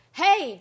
hey